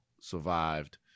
survived